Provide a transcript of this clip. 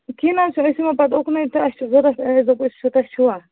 کِہیٖنۍ نَہ حظ أسۍ یِمو پتہٕ اُکنٕے تہٕ اَسہِ چھِ ضوٚرَتھ اَسہِ دوٚپ أسۍ چھِ تۄہہِ چھِوٕ